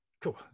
cool